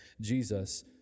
jesus